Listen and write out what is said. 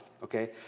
okay